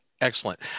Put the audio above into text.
excellent